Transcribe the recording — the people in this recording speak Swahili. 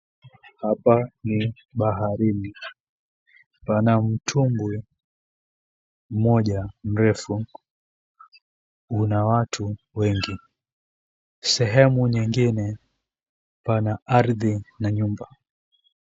Hapa ni baharini. Pana mtumbwi mmoja mrefu. Una watu wengi. Sehemu nyengine pana ardhi na nyumba.